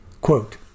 Quote